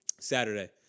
Saturday